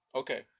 okay